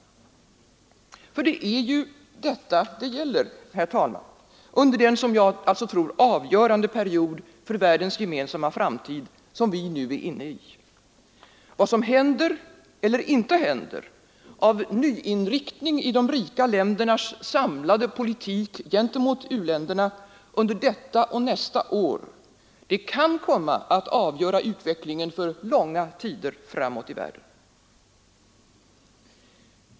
För det är ju detta det gäller, herr talman, under den som jag alltså tror avgörande period för världens gemensamma framtid som vi nu är inne i. Vad som händer eller inte händer av nyinriktning i de rika ländernas samlade politik gentemot u-länderna under detta och nästa år, det kan komma att avgöra utvecklingen för långa tider framåt i världen.